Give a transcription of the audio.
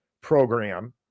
program